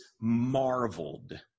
marveled